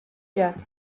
heart